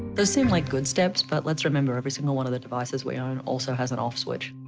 those seem like good steps, but let's remember, every single one of the devices we own also has an off switch.